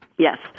Yes